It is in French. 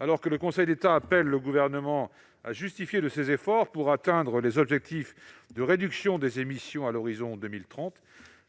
Alors que le Conseil d'État appelle le Gouvernement à justifier de ses efforts pour atteindre les objectifs de réduction des émissions de gaz à